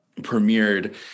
premiered